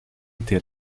ter